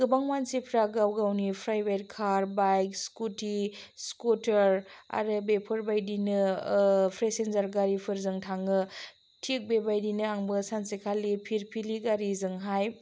गोबां मानसिफ्रा गाव गावनि private car bike scooty scooter आरो बेफोरबायदिनो पेसेन्जार गारिफोरजों थाङो थिख बेबादिनो आंबो सानसेखालि फिरफिलि गारिजोंहाय